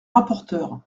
rapporteure